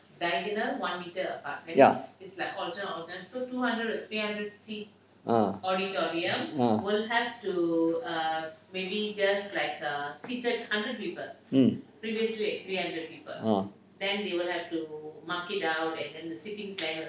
ya ah ah mm ah